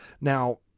now